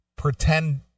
Pretend